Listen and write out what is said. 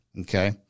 okay